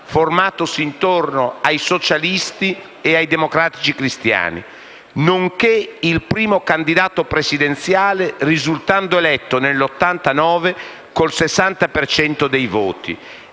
formatasi intorno ai socialisti e ai democratici cristiani, nonché il primo candidato presidenziale, risultando eletto nel 1989 con il 60 per cento